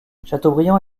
chateaubriand